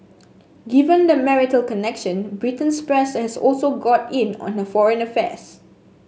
given the marital connection Britain's press has also got in on her foreign affairs